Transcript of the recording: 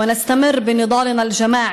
כי אם נפעל ביתר שאת,